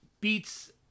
beats